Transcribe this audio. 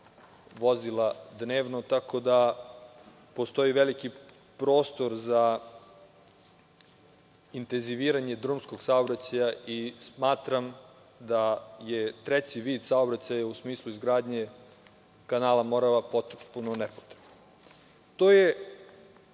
vozila dnevno. Tako da postoji veliki prostor za intenziviranje drumskog saobraćaja i smatram da je treći vid saobraćaja, u smislu izgradnje kanala Morava potpuno nepotreban. To je